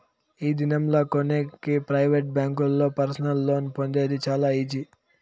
ఈ దినం లా కొనేకి ప్రైవేట్ బ్యాంకుల్లో పర్సనల్ లోన్ పొందేది చాలా ఈజీ